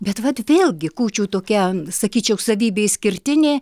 bet vat vėlgi kūčių tokia sakyčiau savybė išskirtinė